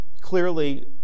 clearly